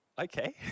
okay